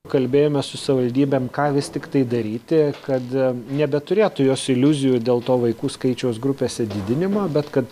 kalbėjome su savivaldybėm ką vis tiktai daryti kad nebeturėtų jos iliuzijų dėl to vaikų skaičiaus grupėse didinimo bet kad